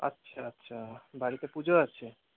আচ্ছা আচ্ছা বাড়িতে পুজো আছে